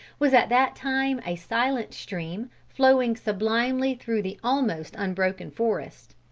was at that time a silent stream, flowing sublimely through the almost unbroken forest.